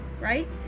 right